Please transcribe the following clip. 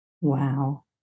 wow